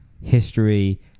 history